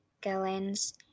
gallons